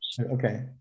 Okay